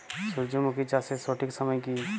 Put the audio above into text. সূর্যমুখী চাষের সঠিক সময় কি?